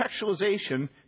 contextualization